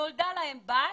נולדה להם בת,